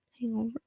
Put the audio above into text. Hangover